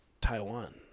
Taiwan